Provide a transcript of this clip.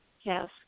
yes